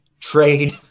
trade